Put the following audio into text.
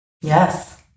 Yes